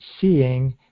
seeing